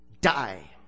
die